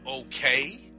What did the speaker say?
okay